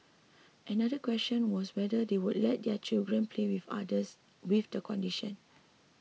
another question was whether they would let their children play with others with the condition